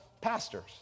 Pastors